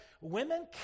women